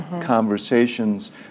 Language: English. conversations